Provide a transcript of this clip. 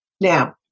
Now